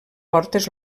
portes